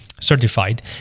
certified